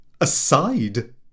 aside